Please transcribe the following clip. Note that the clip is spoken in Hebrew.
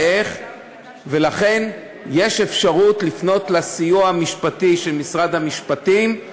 לכן יש אפשרות לפנות לסיוע המשפטי של משרד המשפטים,